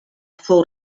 fou